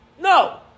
No